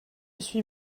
suis